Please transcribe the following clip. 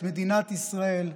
את מדינת ישראל,